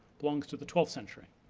belongs to the twelfth century.